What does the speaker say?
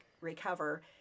recover